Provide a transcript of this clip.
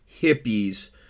hippies